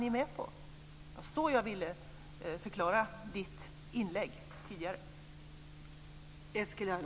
Det var så jag ville förklara Eskil